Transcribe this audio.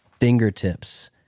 fingertips